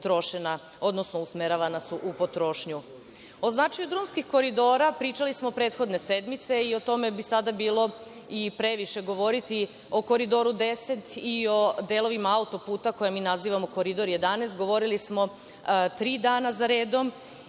ona su usmeravana u potrošnju.O značaju drumskih koridora pričali smo prethodne sedmice i o tome bi sada bilo i previše govoriti. O Koridoru 10 i o delovima auto-puta koji mi nazivamo Koridor 11 govorili smo tri dana zaredom